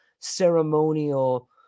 ceremonial